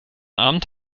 abend